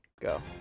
go